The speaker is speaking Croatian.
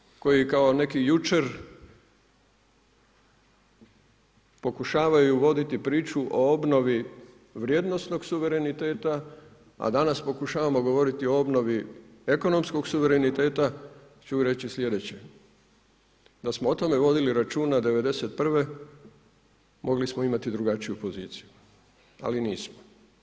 Ali svima koji kao neki jučer pokušavaju voditi priču o obnovi vrijednosnog suvereniteta, a danas pokušavamo govoriti obnovi ekonomskog suvereniteta ću reći sljedeće, da smo o tome vodili računa '91. mogli smo imati drugačiju poziciju, ali nismo.